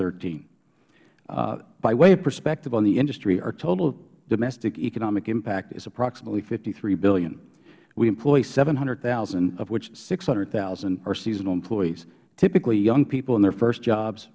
thirteen by way of perspective on the industry our total domestic economic impact is approximately fifty three dollars billion we employee seven hundred thousand of which six hundred thousand are seasonal employees typically young people in their first jobs